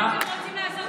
ככה אתם רוצים לעשות גיוון,